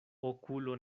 okulo